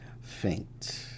faint